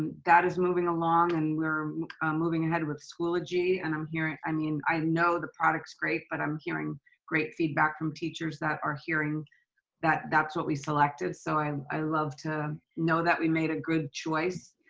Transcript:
and that is moving along and we're moving ahead with schoology and i'm hearing, i mean, i know the product's great, but i'm hearing great feedback from teachers that are hearing that that's what we selected. so i, i love to know that we made a good choice.